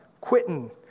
quitting